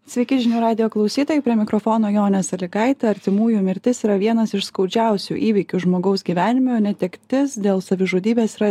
sveiki žinių radijo klausytojai prie mikrofono jonė salygaitė artimųjų mirtis yra vienas iš skaudžiausių įvykių žmogaus gyvenime o netektis dėl savižudybės yra